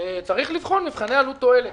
צריך לבחון מבחני עלות תועלת.